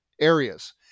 areas